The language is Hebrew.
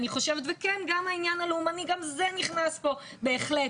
וכן גם העניין הלאומני נכנס פה בהחלט